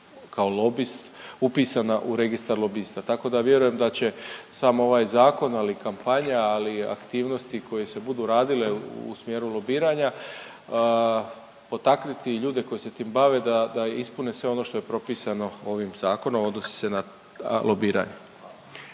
kao lobist upisana u registar lobista. Tako da vjerujem da će sam ovaj zakon, ali i kampanja, ali aktivnosti koje se budu radile u smjeru lobiranja potaknuti i ljude koji se tim bave da ispune sve ono što je propisano ovim zakonom, a odnosi se na lobiranje.